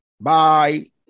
Bye